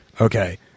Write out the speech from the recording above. Okay